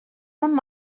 amb